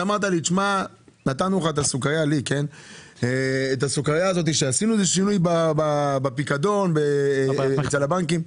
אמרת לי: "נתנו לך את הסוכריה הזו של שינוי בפיקדון אצל הבנקים".